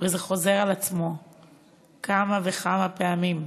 וזה חוזר על עצמו כמה וכמה פעמים,